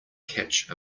catch